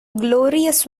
glorious